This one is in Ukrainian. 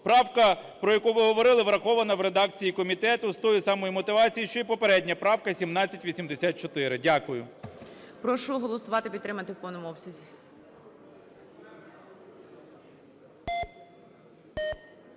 Правка, про яку ви говорили, врахована в редакції комітету з тою самою мотивацією, що і попередня правка 1784. Дякую. ГОЛОВУЮЧИЙ. Прошу голосувати, підтримати в повному обсязі.